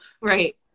Right